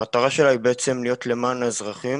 המטרה שלה היא בעצם להיות למען האזרחים,